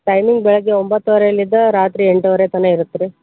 timing ಬೆಳಗ್ಗೆ ಒಂಬತ್ತೂವರೆಲಿದ್ದ ರಾತ್ರಿ ಎಂಟೂವರೆ ತನಕ ಇರುತ್ತೆ ರೀ